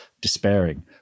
despairing